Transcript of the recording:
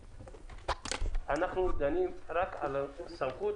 אנחנו דנים רק על הסמכות.